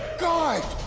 god,